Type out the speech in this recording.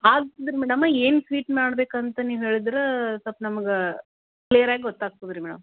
madam ಏನು sweet ಮಾಡ್ಬೇಕು ಅಂತ ನೀವು ಹೇಳಿದ್ರೆ ಸ್ವಲ್ಪ ನಮ್ಗೆ ಕ್ಲಿಯರ್ ಆಗಿ ಗೊತ್ತಾಗ್ತದೆ ರೀ ಮೇಡಮ್